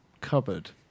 cupboard